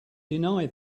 deny